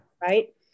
right